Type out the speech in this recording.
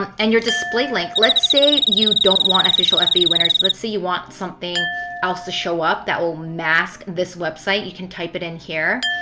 um and your display link. let's say you don't want official fba winners. let's say you want something else to show up that will mask this website. you can type it in here.